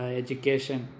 education